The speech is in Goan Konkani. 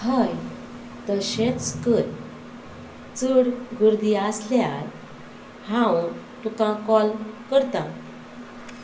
हय तशेंच कर चड गर्दी आसल्यार हांव तुका कॉल करतां